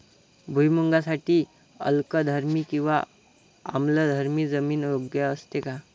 भुईमूगासाठी अल्कधर्मी किंवा आम्लधर्मी जमीन योग्य असते का?